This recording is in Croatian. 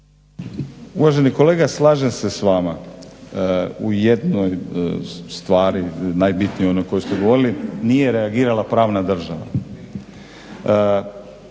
Uvaženi kolega slažem se s vama u jednoj stvari, najbitnijoj onoj o kojoj ste govorili, nije reagirala pravna država.